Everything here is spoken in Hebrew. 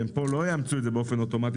והם פה לא יאמצו את זה באופן אוטומטי,